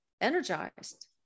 energized